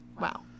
Wow